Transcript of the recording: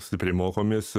stipriai mokomės